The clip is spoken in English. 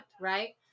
Right